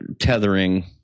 tethering